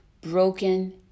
broken